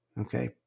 okay